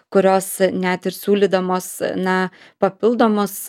kurios net ir siūlydamos na papildomas